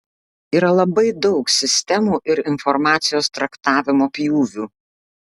yra labai daug sistemų ir informacijos traktavimo pjūvių